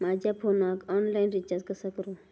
माझ्या फोनाक online recharge कसा करू?